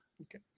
Okay